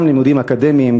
גם לימודים אקדמיים,